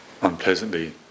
unpleasantly